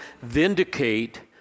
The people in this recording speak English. vindicate